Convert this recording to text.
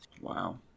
Wow